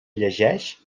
llegeix